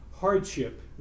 hardship